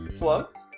plugs